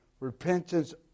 Repentance